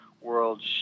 World